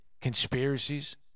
Conspiracies